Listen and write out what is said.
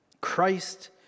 Christ